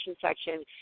section